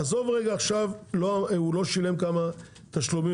עזוב רגע עכשיו הוא לא שילם כמה תשלומים